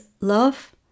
love